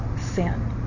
sin